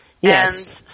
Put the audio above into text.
Yes